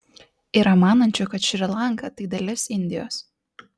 yra manančių kad šri lanka tai dalis indijos